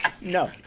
No